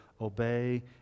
obey